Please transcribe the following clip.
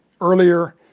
earlier